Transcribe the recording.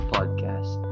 Podcast